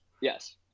yes